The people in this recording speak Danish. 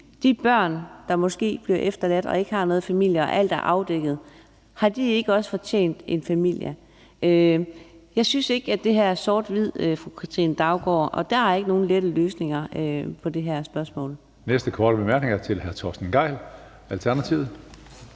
de børn, der måske er blevet efterladt og ikke har nogen familie, og hvor alt er blevet afdækket, ikke også fortjent en familie? Jeg synes ikke, at det her sort-hvidt, fru Katrine Daugaard. Der er ikke nogen lette løsninger på det her spørgsmål. Kl. 21:28 Tredje næstformand (Karsten